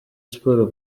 sports